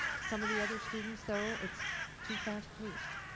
some of the other students, though, it's too fast paced.